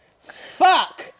Fuck